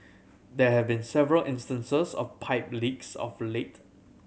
there have been several instances of pipe leaks of late